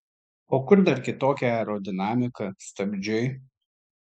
o kur dar kitokia aerodinamika stabdžiai